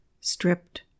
stripped